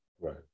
right